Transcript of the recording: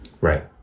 Right